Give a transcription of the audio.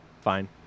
fine